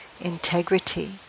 integrity